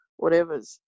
whatevers